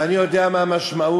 ואני יודע מה המשמעות.